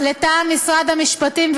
לטעם משרד המשפטים,